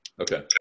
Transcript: Okay